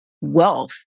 wealth